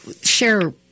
share